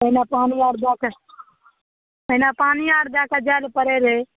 पहिले पानी आओर जाके ओहिना पानी आओर दैके जाए ले पड़ै रहै